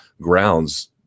grounds